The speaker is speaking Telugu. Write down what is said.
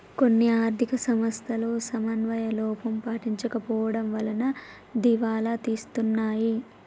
కొన్ని ఆర్ధిక సంస్థలు సమన్వయ లోపం పాటించకపోవడం వలన దివాలా తీస్తున్నాయి